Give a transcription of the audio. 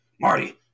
Marty